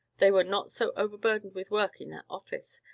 they were not so overburdened with work in that office,